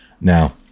Now